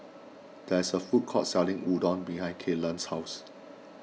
there's a food court selling Udon behind Kylan's house